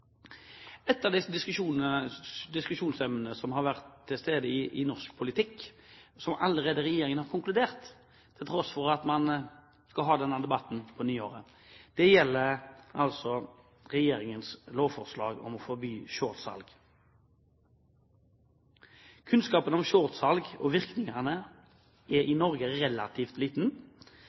Et av de diskusjonstemaer som har vært til stede i norsk politikk, der regjeringen allerede har konkludert til tross for at man skal ha denne debatten på nyåret, gjelder altså regjeringens lovforslag om å forby shortsalg. Kunnskapen om shortsalg og virkningene er relativt liten i Norge,